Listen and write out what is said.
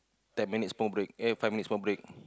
ten minutes smoke break eh five minutes smoke break